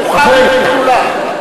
חוכא ואטלולא.